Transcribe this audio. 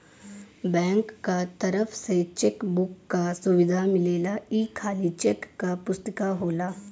bank क तरफ से चेक बुक क सुविधा मिलेला ई खाली चेक क पुस्तिका होला